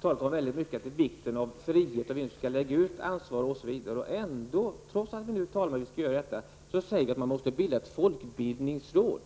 talat om vikten av frihet och av att man lägger ut ansvar. Trots detta säger ni att man måste bilda ett folkbildningsråd.